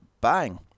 bang